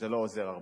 זה לא עוזר הרבה.